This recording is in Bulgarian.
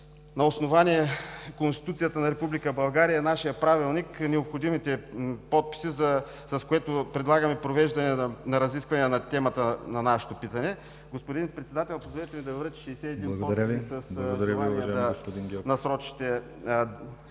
на основание Конституцията на Република България и нашия Правилник, необходимите подписи, с което предлагаме провеждане на разисквания на темата на нашето питане. Господин Председател, позволете ми да връча 61 подписа с основание да насрочите